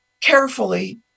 carefully